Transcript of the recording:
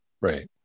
Right